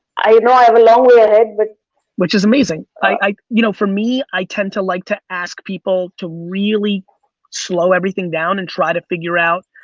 i know i have a long way ahead but which is amazing, you know for me i tend to like to ask people to really slow everything down and try to figure out,